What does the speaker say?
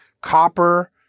copper